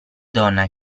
donna